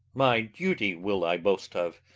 my duty will i boast of,